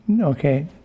okay